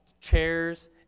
chairs